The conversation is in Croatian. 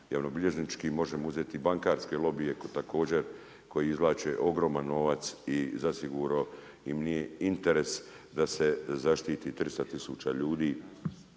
javnobilježničkim, možemo uzeti bankarske lobije također koji izvlače ogroman novac i zasigurno im nije interes da se zaštiti 300 tisuća ljudi.